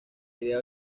idea